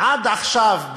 עד עכשיו,